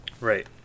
Right